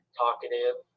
talkative